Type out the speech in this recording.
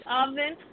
oven